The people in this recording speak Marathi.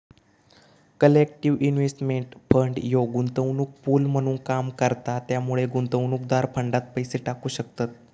कलेक्टिव्ह इन्व्हेस्टमेंट फंड ह्यो गुंतवणूक पूल म्हणून काम करता त्यामुळे गुंतवणूकदार फंडात पैसे टाकू शकतत